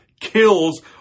kills